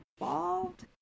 involved